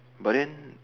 but then